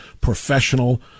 professional